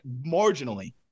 marginally